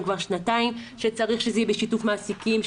כבר שנתיים שצריך שזה יהיה בשיתוף מעסיקים,